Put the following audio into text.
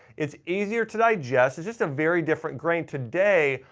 it's easier to digest, it's just a very different grain. today,